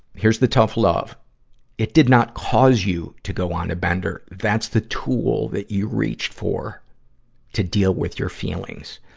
here's the tough love it did not cause you to go on a bender that's the tool that you reached for to deal with your feelings.